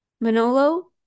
Manolo